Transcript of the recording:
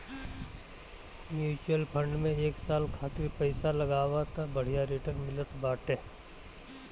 mutual fund में एक साल खातिर पईसा लगावअ तअ बढ़िया रिटर्न मिलत बाटे